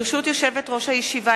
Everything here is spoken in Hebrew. ברשות יושבת-ראש הישיבה,